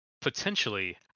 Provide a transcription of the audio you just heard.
potentially